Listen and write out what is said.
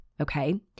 okay